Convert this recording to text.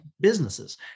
businesses